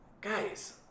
guys